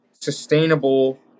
sustainable